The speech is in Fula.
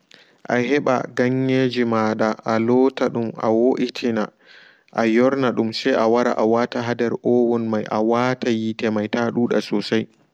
A heɓa ganyejimada alota dum awoitina ahorna dum se awara awata ha nder oven may a wata yiite may ta duuda sosai.